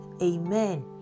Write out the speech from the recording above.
Amen